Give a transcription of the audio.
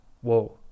Whoa